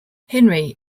henry